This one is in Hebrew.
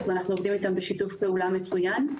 ואנחנו עובדים איתם בשיתוף פעולה מצוין,